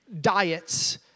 diets